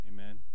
Amen